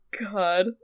God